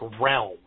realm